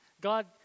God